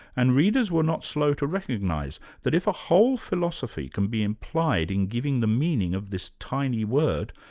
and readers were not slow to recognise that if a whole philosophy can be implied in giving the meaning of this tiny word,